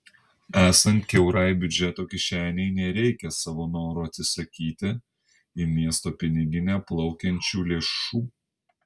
esant kiaurai biudžeto kišenei nereikia savo noru atsisakyti į miesto piniginę plaukiančių lėšų